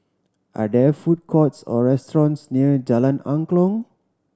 are there food courts or restaurants near Jalan Angklong